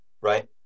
right